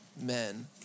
men